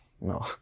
no